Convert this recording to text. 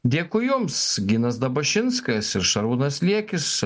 dėkui jums ginas dabašinskas ir šarūnas liekis